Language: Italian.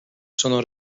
sono